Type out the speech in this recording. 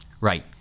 Right